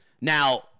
Now